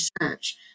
research